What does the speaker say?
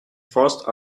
forced